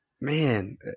Man